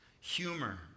humor